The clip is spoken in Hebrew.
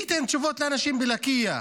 מי ייתן תשובות לאנשים בלקיה?